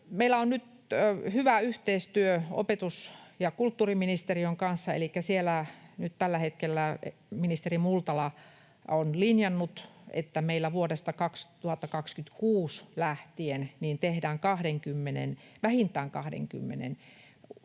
meillä on nyt hyvä yhteistyö opetus- ja kulttuuriministeriön kanssa. Elikkä siellä nyt tällä hetkellä ministeri Multala on linjannut, että meillä vuodesta 2026 lähtien tehdään vähintään 20 paikan